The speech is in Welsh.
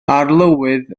arlywydd